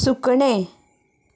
सुकणें